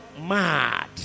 mad